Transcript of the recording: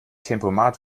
tempomat